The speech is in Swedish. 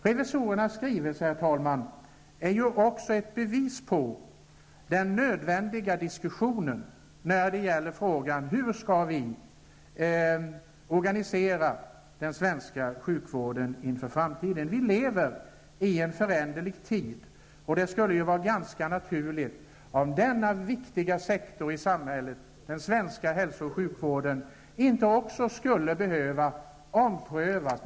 Revisorernas skrivelse är ju ett bevis på den nödvändiga diskussionen när det gäller frågan hur vi skall organisera den svenska sjukvården inför framtiden. Vi lever i en föränderlig tid. Det skulle vara ganska underligt om inte också denna viktiga sektor i samhället, den svenska hälso och sjukvården, skulle behöva omprövas.